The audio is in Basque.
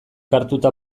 hartuta